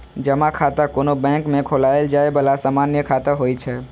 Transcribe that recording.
जमा खाता कोनो बैंक मे खोलाएल जाए बला सामान्य खाता होइ छै